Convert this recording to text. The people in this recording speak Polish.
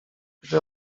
gdy